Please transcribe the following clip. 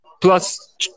plus